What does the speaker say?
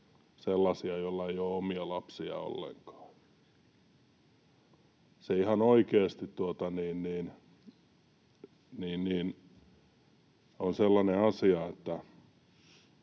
sellaisia, joilla ei ole omia lapsia ollenkaan. Se on sellainen asia, että